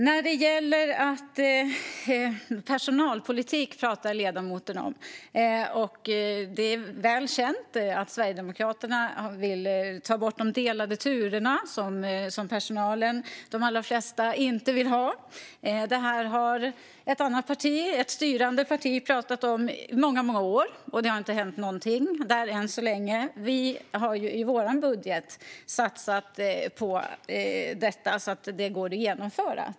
När det gäller personalpolitik är det väl känt att Sverigedemokraterna vill ta bort de delade turerna, som de flesta i personalen inte vill ha. Detta har ett annat parti, ett styrande parti, talat om under många år, men det har inte hänt någonting än så länge. I vår budget har vi, till skillnad från de styrande partierna, satsat på detta så att det går att genomföra.